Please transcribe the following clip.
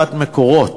חברת "מקורות",